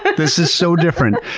and this is so different.